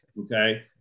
Okay